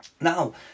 Now